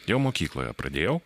jau mokykloje pradėjau